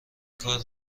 کار